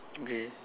okay